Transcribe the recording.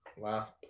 last